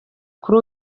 kuri